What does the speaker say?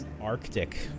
Arctic